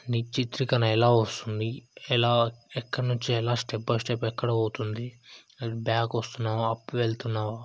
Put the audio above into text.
నీ చిత్రీకరణ ఎలా వస్తుంది ఎలా ఎక్కడ నుంచి ఎలా స్టెప్ బై స్టెప్ ఎక్కడ పోతుంది బ్యాక్ వస్తున్నవా అప్ వెళ్తున్నవా